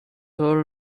all